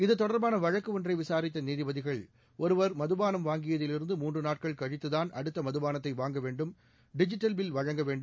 இதுதொடர்பான வழக்கு ஒன்றை விசாரித்த நீதிபதிகள் ஒருவர் மதுபானம் வாங்கியதில் இருந்து மூன்று நாட்கள் கழித்துத்தாள் அடுத்த மதுபானத்தை வாங்க வேண்டும் டிஜிட்டல் பில் வழங்க வேண்டும்